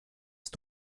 ist